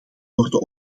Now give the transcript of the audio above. worden